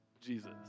Jesus